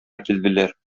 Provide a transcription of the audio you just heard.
килделәр